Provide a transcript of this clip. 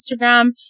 Instagram